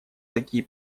такие